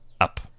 up